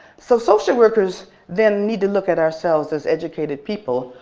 so social workers then need to look at ourselves as educated people.